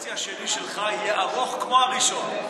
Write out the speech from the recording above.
שהחצי השני שלך יהיה ארוך כמו הראשון.